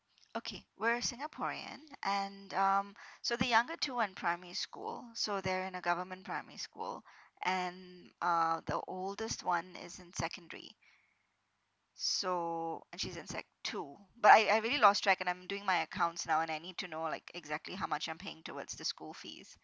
okay we're singaporean and um so the younger two are in primary school so they're in a government primary school and uh the oldest one is in secondary so and she's in sec two but I I really lost track and I'm doing my accounts now and I need to know like exactly how much I'm paying towards the school fees